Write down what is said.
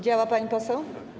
Działa, pani poseł?